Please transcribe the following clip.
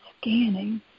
scanning